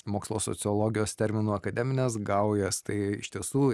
mokslo sociologijos terminu akademines gaujas tai iš tiesų